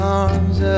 arms